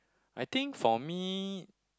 I think for me